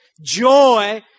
Joy